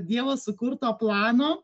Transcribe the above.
dievo sukurto plano